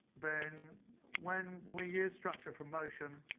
then when we use structure for motion,